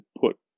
put